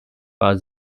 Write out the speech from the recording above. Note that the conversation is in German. war